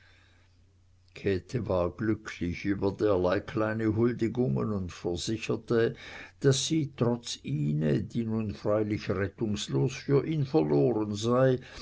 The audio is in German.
käthe war glücklich über derlei kleine huldigungen und versicherte daß sie trotz ine die nun freilich rettungslos für ihn verloren sei